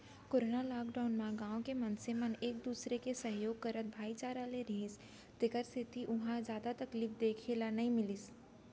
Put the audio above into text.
corona lockdown म गाँव के मनसे मन एक दूसर के सहयोग करत भाईचारा ले रिहिस तेखर सेती उहाँ जादा तकलीफ देखे ल नइ मिलिस